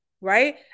right